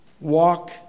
Walk